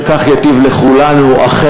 חבר הכנסת מיקי לוי,